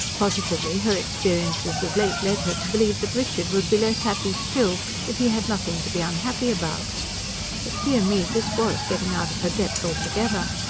positively her experiences of late led her to believe that richard would be less happy still if he had nothing to be unhappy about but dear me! this was getting out of her depth altogether.